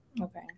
Okay